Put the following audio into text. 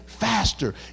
Faster